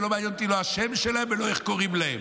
ולא מעניין אותי לא השם שלהם ולא איך קוראים להם,